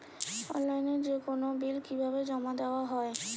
অনলাইনে যেকোনো বিল কিভাবে জমা দেওয়া হয়?